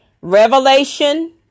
revelation